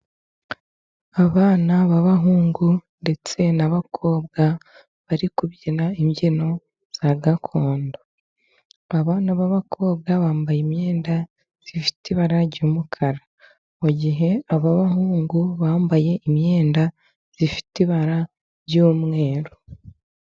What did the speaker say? Abana b'abahungu ndetse n'abakobwa bari kubyina imbyino za gakondo, abana b'abakobwa bambaye imyenda ifite ibara ry'umukara, mu gihe aba bahungu bambaye imyenda ifite ibara ry'umweru.